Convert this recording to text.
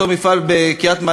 באותו מפעל בקריית-מלאכי,